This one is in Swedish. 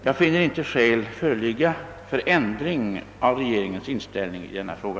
Jag finner inte skäl föreligga för ändring av regeringens inställning i denna fråga.